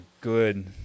good